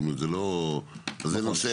זאת אומרת זה לא - זה נושא אחד.